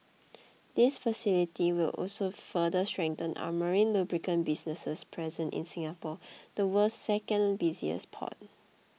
this facility will also further strengthen our marine lubricant business's presence in Singapore the world's second busiest port